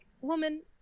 woman